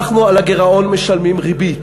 אנחנו על הגירעון משלמים ריבית.